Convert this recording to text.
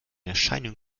erscheinung